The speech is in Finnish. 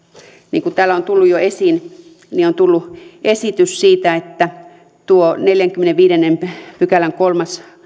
niin kuin täällä on tullut jo esiin on tullut esitys siitä että tuo neljännenkymmenennenviidennen pykälän kolmas